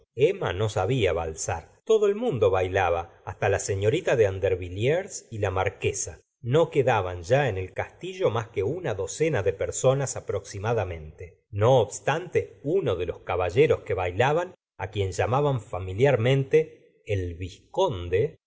emma no sabía valsar todo el mundo bailaba hasta la señorita de andervilliers y la marre guasa no quedaban ya en el castillo más que una docena de personas aproximadamente no obstante uno de los caballeros que bailaban á quien llamaban familiarmente el vizconde